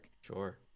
sure